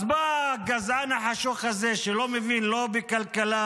אז בא הגזען החשוך הזה, שלא מבין לא בכלכלה